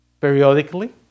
periodically